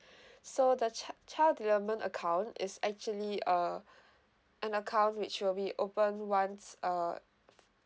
so the ch~ child development account is actually uh an account which will be opened once uh